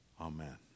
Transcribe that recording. Amen